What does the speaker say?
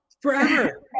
Forever